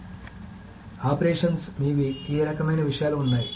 కాబట్టి ఆపరేషన్స్ మీవి ఏ రకమైన విషయాలు ఉన్నాయి